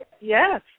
Yes